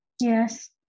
Yes